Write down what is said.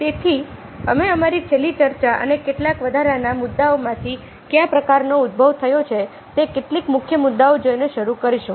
તેથી અમે અમારી છેલ્લી ચર્ચા અને કેટલાક વધારાના મુદ્દાઓમાંથી કયા પ્રકારનો ઉદ્ભવ થયો છે તે કેટલાક મુખ્ય મુદ્દાઓ જોઈને શરૂ કરીશું